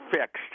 fixed